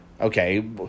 okay